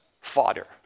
fodder